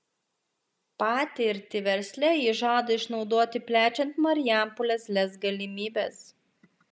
patirtį versle jis žada išnaudoti plečiant marijampolės lez galimybes